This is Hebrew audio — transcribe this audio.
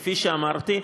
כפי שאמרתי,